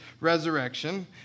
resurrection